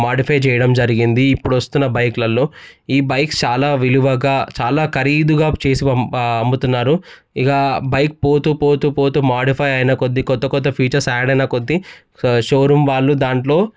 modify చేయడం జరిగింది ఇప్పుడు వస్తున్న బైక్లలో ఈ బైక్స్ చాలా విలువగా చాలా ఖరీదుగా చేసి అమ్ముతున్నారు ఇక బైక్ పోతు పోతు పోతు మాడిఫై అయిన కొద్ది కొత్త కొత్త ఫ్యూచర్స్ యాడ్ అయిన కొద్ది షోరూమ్ వాళ్ళు దాంట్లో